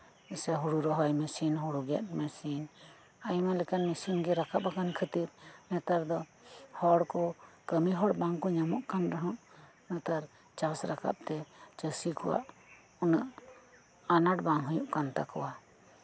ᱥᱮ ᱦᱳᱲᱳ ᱨᱚᱦᱚᱭ ᱢᱮᱥᱤᱱ ᱦᱳᱲᱳ ᱜᱮᱫ ᱢᱮᱥᱤᱱ ᱟᱭᱢᱟ ᱞᱮᱠᱟᱱ ᱢᱮᱥᱤᱱ ᱨᱟᱠᱟᱵ ᱟᱠᱟᱱ ᱠᱷᱟᱹᱛᱤᱨ ᱱᱮᱛᱟᱨ ᱫᱚ ᱦᱚᱲ ᱠᱚ ᱠᱟᱹᱢᱤ ᱦᱚᱲ ᱵᱟᱝ ᱠᱚ ᱧᱟᱢᱚᱜ ᱠᱟᱱ ᱨᱮᱦᱚᱸ ᱱᱮᱛᱟᱨ ᱪᱟᱥ ᱨᱟᱠᱟᱵ ᱛᱮ ᱪᱟᱹᱥᱤ ᱠᱚᱣᱟᱜ ᱩᱱᱟᱹᱜ ᱟᱱᱟᱴ ᱵᱟᱝ ᱦᱳᱭᱳᱜ ᱠᱟᱱ ᱛᱟᱠᱚᱣᱟ